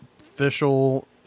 official